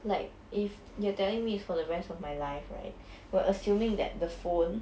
like if you're telling me it's for the rest of my life right we're assuming that the phone